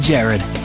Jared